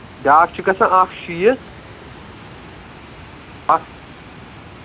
بیٛاکھ چھُ گژھان اکھ شیٖتھ اَکھ